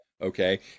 okay